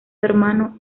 hermano